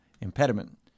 impediment